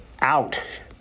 out